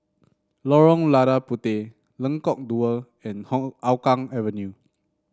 Lorong Lada Puteh Lengkok Dua and Hougang Avenue